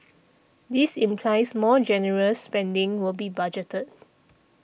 this implies more generous spending will be budgeted